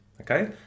okay